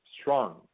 strong